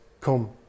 come